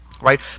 right